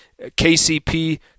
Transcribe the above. KCP